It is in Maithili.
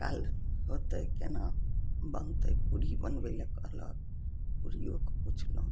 चल ओतय केना बनतय पूड़ी बनबय लए कहलक पुड़ियोके पुछ्लहुँ